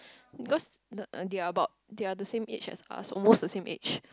because the they are about they are the same age as us almost the same age